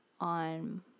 on